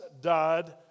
died